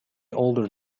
older